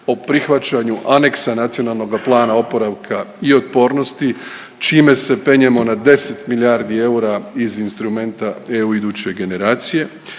o prihvaćanju aneksa Nacionalnoga plana oporavka i otpornosti čime se penjemo na 10 milijardi eura iz instrumenta EU Iduće generacije